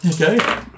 Okay